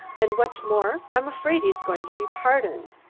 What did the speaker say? and what's more, i'm afraid he's going to be pardoned.